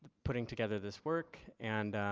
putting together this work and,